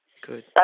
Good